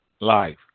life